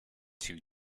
two